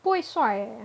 不会帅 eh